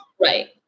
Right